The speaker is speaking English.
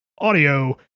audio